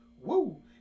woo